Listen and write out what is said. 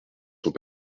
sont